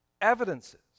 evidences